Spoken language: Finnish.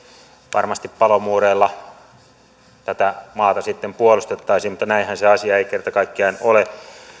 varmasti palomuureilla tätä maata sitten puolustettaisiin mutta näinhän se asia ei kerta kaikkiaan ole